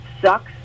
sucks